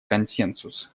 консенсус